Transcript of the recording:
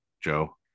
Joe